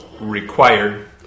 required